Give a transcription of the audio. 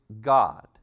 God